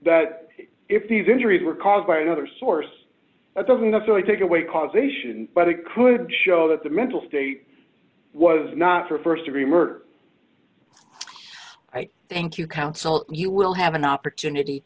that if these injuries were caused by another source it doesn't necessarily take away causation but it could show that the mental state was not for st degree murder i thank you counsel you will have an opportunity